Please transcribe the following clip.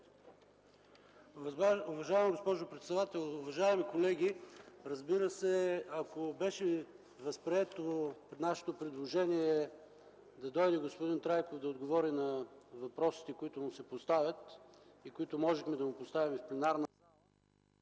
Уважаема госпожо председател, уважаеми колеги! Разбира се, ако беше възприето нашето предложение господин Трайков да дойде и да отговори на въпросите, които му се поставят и които можехме да му поставим в пленарната